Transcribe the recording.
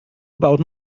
about